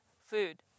food